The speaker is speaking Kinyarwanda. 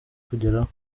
kugeraho